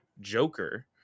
Joker